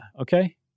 Okay